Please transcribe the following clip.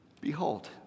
Behold